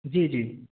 جی جی